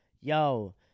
Yo